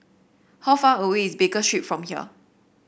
how far away is Baker Street from here